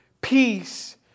peace